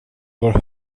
vår